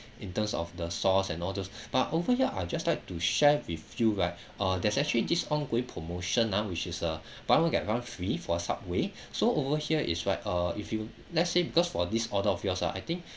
in terms of the sauce and all those but over here I just like to share with you right uh there's actually this ongoing promotion ah which is a buy one get one free for subway so over here is right uh if you let's say because for this order of yours ah I think